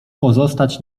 pozostać